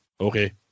Okay